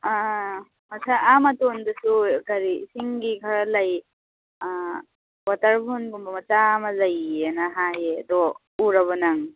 ꯑꯥ ꯑꯥ ꯑꯥ ꯉꯁꯥꯏ ꯑꯥ ꯃꯇꯣꯟꯗꯁꯨ ꯀꯔꯤ ꯏꯁꯤꯡꯒꯤ ꯈꯔ ꯂꯩ ꯋꯥꯇꯔ ꯐꯣꯜꯒꯨꯝꯕ ꯃꯆꯥ ꯑꯃ ꯂꯩꯌꯦꯅ ꯍꯥꯏꯌꯦ ꯑꯗꯣ ꯎꯔꯕꯣ ꯅꯪ